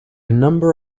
number